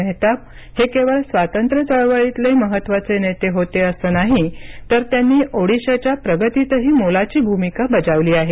मेहताब हे केवळ स्वातंत्र्य चळवळीतले महत्त्वाचे नेते होते असं नाही तर त्यांनी ओडिशाच्या प्रगतीतही मोलाची भूमिका बजावली आहे